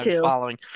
Following